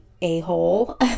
a-hole